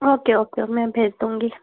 okay okay मैं भेज दूँगी